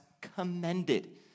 commended